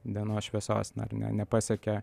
dienos šviesos na ar ne nepasekia